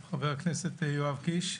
חבר הכנסת יואב קיש.